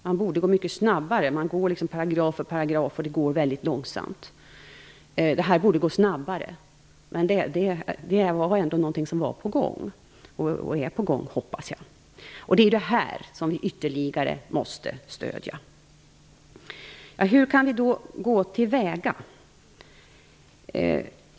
Man borde gå mycket snabbare. Man går paragraf för paragraf, och det går väldigt långsamt. Det borde gå snabbare, men det var ändå på gång. Jag hoppas att det är på gång. Vi måste stödja detta ytterligare. Hur kan vi då gå till väga?